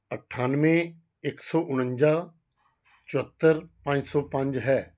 ਅਠਾਨਵੇਂ ਇੱਕ ਸੌ ਉਣੰਜਾ ਚੁਹੱਤਰ ਪੰਜ ਸੌ ਪੰਜ ਹੈ